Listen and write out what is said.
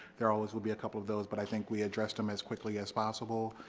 there always will be a couple of those, but i think we addressed them as quickly as possible.